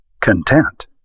Content